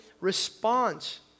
response